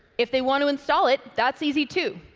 if they want to install it, that's easy, too.